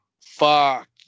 Fuck